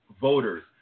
voters